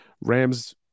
Rams